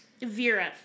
Vera